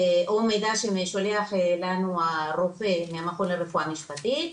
או המידע ששולח לנו הרופא מהמכון לרפואה משפטים,